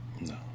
No